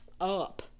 up